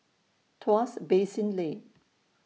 Tuas Basin Lane